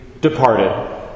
departed